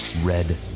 red